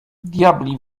diabli